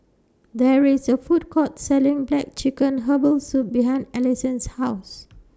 There IS A Food Court Selling Black Chicken Herbal Soup behind Alisson's House